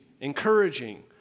encouraging